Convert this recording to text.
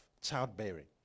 childbearing